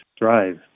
drive